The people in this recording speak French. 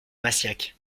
massiac